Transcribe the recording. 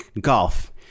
golf